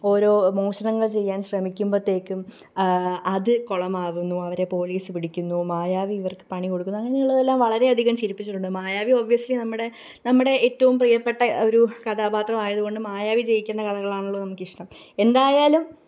ഓരോ മോഷണങ്ങള് ചെയ്യാന് ശ്രമിക്കുമ്പോഴ ത്തേക്കും അത് കുളമാവുന്നു അവരെ പോലീസ് പിടിക്കുന്നു മായാവി ഇവര്ക്ക് പണി കൊടുക്കുന്നു അങ്ങനെയുള്ളതെല്ലാം വളരെ അധികം ചിരിപ്പിച്ചിട്ടുണ്ട് മായാവി ഒബ്യസ്ലി നമ്മുടെ നമ്മുടെ ഏറ്റവും പ്രിയപ്പെട്ട ഒരു കഥാപാത്രമായത് കൊണ്ട് മായാവി ജയിക്കുന്ന കഥകളാണല്ലോ നമുക്ക് ഇഷട്ടം എന്തായാലും